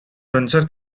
windsor